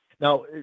now